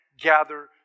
gather